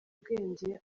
ubwenge